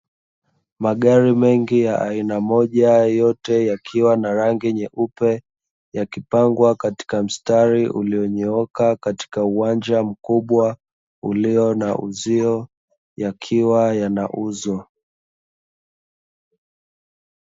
Magari mengi ya aina moja yote yakiwa na rangi nyeupe, yakipangwa katika mstari ulio nyooka katika uwanja mkubwa ulio na uzio yakiwa yanauzwa.